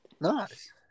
Nice